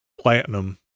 platinum